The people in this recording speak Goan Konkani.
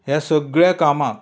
ह्या सगळ्या कामाक